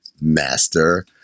master